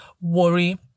worry